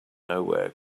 nowhere